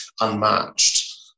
unmatched